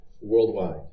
worldwide